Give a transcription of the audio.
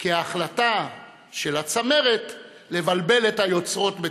כהחלטה של הצמרת לבלבל את היוצרות בתוכה.